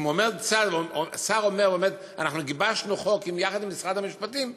אם שר עומד ואומר: אנחנו גיבשנו חוק יחד עם משרד המשפטים,